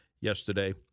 yesterday